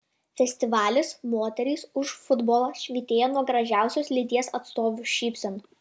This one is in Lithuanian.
festivalis moterys už futbolą švytėjo nuo gražiosios lyties atstovių šypsenų